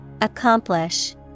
Accomplish